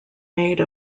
made